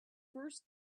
first